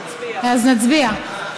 נצביע.